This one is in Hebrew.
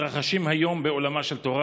מתרחשים היום בעולמה של תורה,